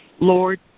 Lord